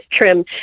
trim